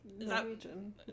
Norwegian